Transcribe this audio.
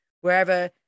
wherever